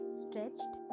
stretched